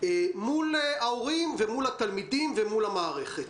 מול ההורים והתלמידים ומול המערכת.